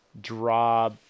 draw